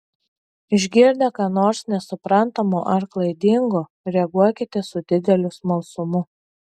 išgirdę ką nors nesuprantamo ar klaidingo reaguokite su dideliu smalsumu